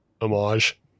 homage